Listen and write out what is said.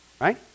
right